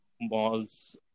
malls